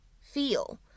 feel